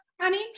Honey